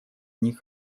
них